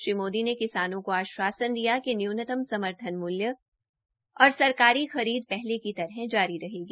श्री मोदी ने किसानों को आश्वासन दिया कि न्यूनतम समर्थन मूल्य और सरकारी खरीद पहले की तरह जारी रहेगी